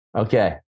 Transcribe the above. Okay